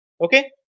Okay